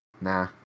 Nah